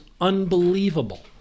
unbelievable